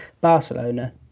Barcelona